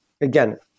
Again